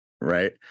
right